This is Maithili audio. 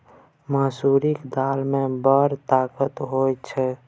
मसुरीक दालि मे बड़ ताकत होए छै